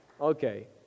Okay